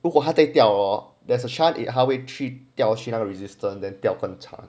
如果还在掉 hor there's a chance 他会掉去那个 resistant than 掉跟惨